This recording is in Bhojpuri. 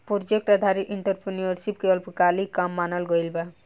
प्रोजेक्ट आधारित एंटरप्रेन्योरशिप के अल्पकालिक काम मानल गइल बा